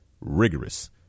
rigorous